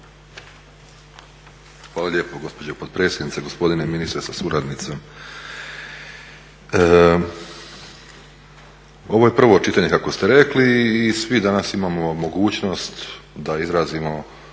Hvala lijepo gospođo potpredsjednice, gospodine ministre sa suradnicom. Ovo je prvo čitanje kako ste rekli i svi danas imamo mogućnost da izrazimo